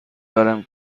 ورم